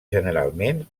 generalment